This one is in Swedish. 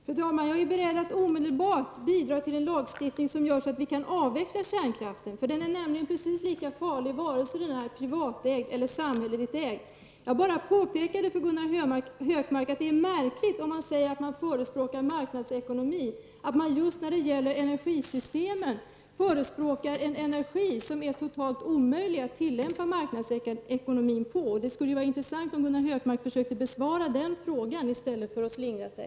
Fru talman! Jag är beredd att omedelbart bidra till en lagstiftning som gör att vi kan avveckla kärnkraften. Den är nämligen precis lika farlig vare sig den är privatägd eller samhällsägd. Jag bara påpekade för Gunnar Hökmark att om man förespråkar marknadsekonomi är det märkligt att man, när det gäller energisystem, förespråkar en energi som det är totalt omöjligt att tillämpa marknadsekonomin på. Det skulle vara intressant om Gunnar Hökmark försökte besvara den frågan i stället för att slingra sig.